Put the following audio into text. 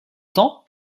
temps